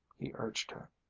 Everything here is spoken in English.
he urged her.